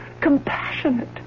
compassionate